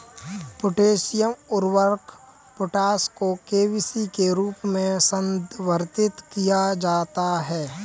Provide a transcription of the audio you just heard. potassium उर्वरक potash को केबीस के रूप में संदर्भित किया जाता है